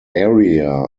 area